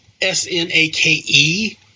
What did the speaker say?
S-N-A-K-E